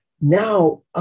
Now